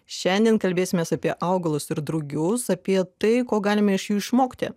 šiandien kalbėsimės apie augalus ir drugius apie tai ko galime iš jų išmokti